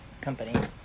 company